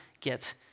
get